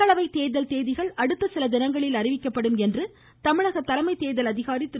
மக்களவை தோதல் தேதிகள் அடுத்த சில தினங்களில் அறிவிக்கப்படும் என்று தமிழக தலைமை தோதல் அதிகாரி திரு